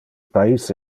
pais